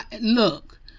look